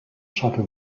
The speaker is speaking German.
shuttle